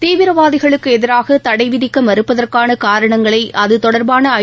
தீவிரவாதிகளுக்கு எதிராக தடை விதிக்க மறுப்பதற்கான காரணங்களை அது தொடர்பான ஐ